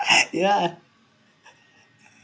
yeah